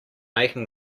making